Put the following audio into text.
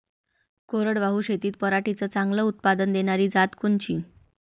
कोरडवाहू शेतीत पराटीचं चांगलं उत्पादन देनारी जात कोनची?